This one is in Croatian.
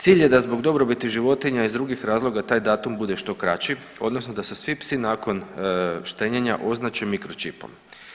Cilj je da zbog dobrobiti životinja iz drugih razloga taj datum bude što kraći odnosno da se svi psi nakon štenjenja označe mikročipom.